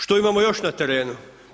Što imamo još na terenu?